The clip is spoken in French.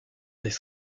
des